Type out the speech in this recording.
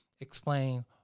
explain